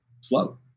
slow